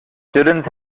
students